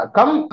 Come